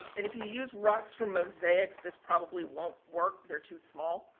and if you use rocks for mosaics, this probably won't work, they're too small.